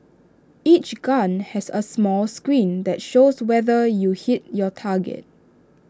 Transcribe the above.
each gun has A small screen that shows whether you hit your target